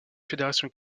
fédérations